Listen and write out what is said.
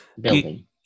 building